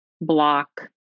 block